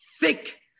thick